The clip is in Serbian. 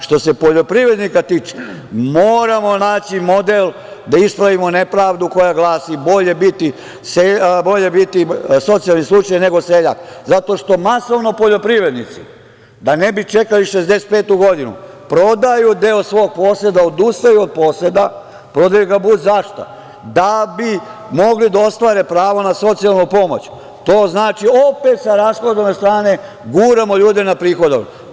Što se poljoprivrednika tiče, moramo naći model da ispravimo nepravdu koja glasi - bolje biti socijalni slučaj nego seljak, zato što masovno poljoprivrednici, da ne bi čekali 65. godinu, prodaju deo svog poseda, odustaju od poseda, prodaju ga budzašto, da bi mogli da ostvare pravo na socijalnu pomoć i to znači da opet sa rashodovane strane guramo ljude na prihodovanu.